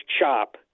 chop